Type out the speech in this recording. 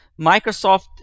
Microsoft